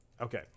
Okay